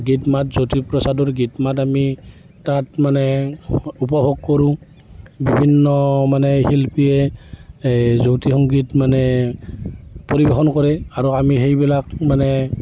গীত মাত জ্যোতিপ্ৰসাদৰ গীত মাত আমি তাত মানে উপভোগ কৰোঁ বিভিন্ন মানে শিল্পীয়ে এই জ্যোতি সংগীত মানে পৰিৱেশন কৰে আৰু আমি সেইবিলাক মানে